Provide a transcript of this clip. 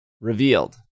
revealed